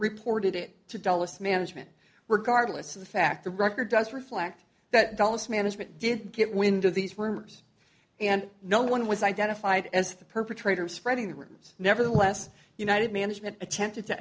reported it to dulles management were cardless the fact the record does reflect that dulles management did get wind of these rumors and no one was identified as the perpetrator spreading the rooms nevertheless united management attempted to